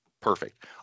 perfect